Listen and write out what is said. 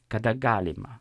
kada galima